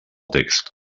text